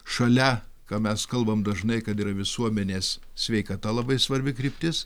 šalia ką mes kalbam dažnai kad yra visuomenės sveikata labai svarbi kryptis